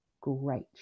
great